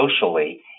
socially